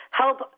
help